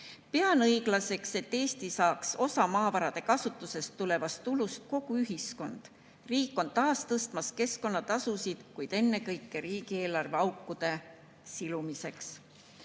Pean õiglaseks, et Eestis saaks maavarade kasutusest tekkivast tulust osa kogu ühiskond. Riik on taas tõstmas keskkonnatasusid, kuid seda ennekõike riigieelarve aukude silumiseks.